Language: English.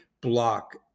block